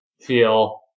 feel